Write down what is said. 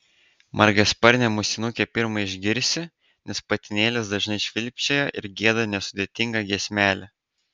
margasparnę musinukę pirma išgirsi nes patinėlis dažnai švilpčioja ar gieda nesudėtingą giesmelę